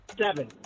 Seven